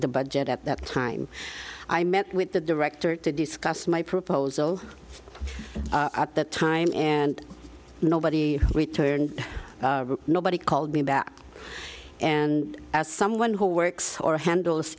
the budget at that time i met with the director to discuss my proposal at that time and nobody returned nobody called me back and as someone who works or handles